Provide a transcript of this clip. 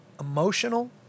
emotional